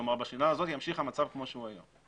כלומר, בשנה הזאת ימשיך המצב כפי שהוא היום.